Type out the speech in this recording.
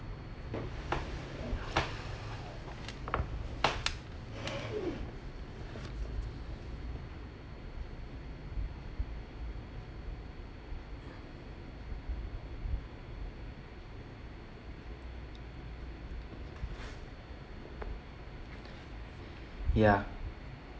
ya